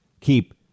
keep